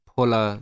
Pola